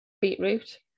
beetroot